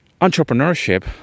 entrepreneurship